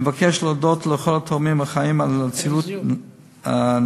אני מבקש להודות לכל התורמים החיים על אצילות נפשם,